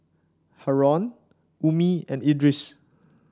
Haron Ummi and Idris